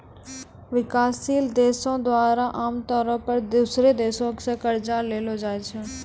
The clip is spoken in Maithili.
विकासशील देशो द्वारा आमतौरो पे दोसरो देशो से कर्जा लेलो जाय छै